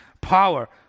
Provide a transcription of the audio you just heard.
power